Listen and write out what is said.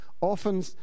Often